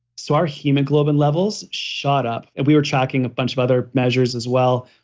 so our hemoglobin levels shot up and we were tracking a bunch of other measures as well,